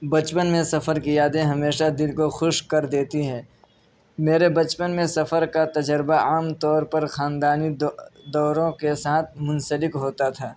بچپن میں سفر کی یادیں ہمیشہ دل کو خوش کر دیتی ہیں میرے بچپن میں سفر کا تجربہ عام طور پر خاندانی دو دوروں کے ساتھ منسلک ہوتا تھا